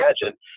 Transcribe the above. imagine